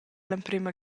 l’emprema